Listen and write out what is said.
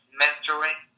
mentoring